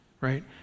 right